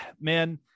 man